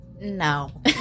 no